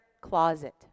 Closet